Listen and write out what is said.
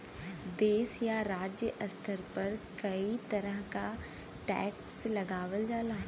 देश या राज्य स्तर पर कई तरह क टैक्स लगावल जाला